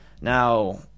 Now